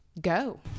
Go